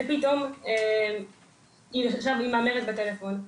היא מהמרת בטלפון,